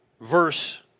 Verse